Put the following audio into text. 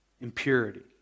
impurity